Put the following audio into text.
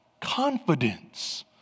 Confidence